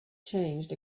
changed